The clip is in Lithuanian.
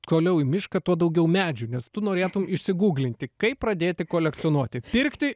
toliau į mišką tuo daugiau medžių nes tu norėtum išsiguglinti kaip pradėti kolekcionuoti pirkti